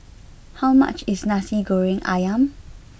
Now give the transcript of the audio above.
how much is Nasi Goreng Ayam